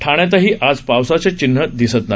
ठाण्यातही आज पावसाचं चिन्ह दिसत नाही